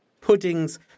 puddings